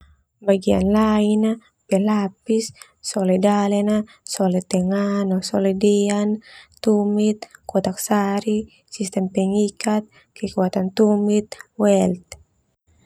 Bagian lai na, pelapis, sole dale na, sole talada na, sole dea na, kekuatan tumit, well.